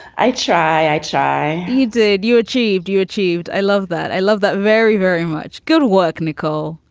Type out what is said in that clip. i try. i try he did. you achieved. you achieved. i love that. i love that very, very much. good work nicole,